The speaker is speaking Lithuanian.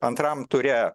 antram ture